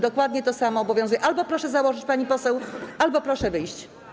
Dokładnie to samo panią obowiązuje: albo proszę założyć, pani poseł, albo proszę wyjść.